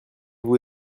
vous